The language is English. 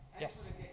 Yes